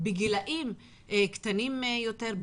בגילאים קטנים יותר,